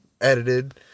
edited